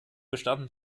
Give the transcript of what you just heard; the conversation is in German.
bestanden